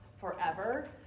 forever